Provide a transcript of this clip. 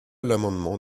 l’amendement